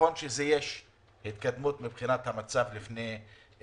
ונכון שיש התקדמות מבחינת המצב ממה שהיה לפני שנים,